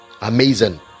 Amazing